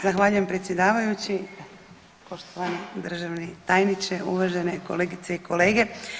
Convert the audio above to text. Zahvaljujem predsjedavajući, poštovani državni tajniče, uvažene kolegice i kolege.